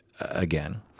again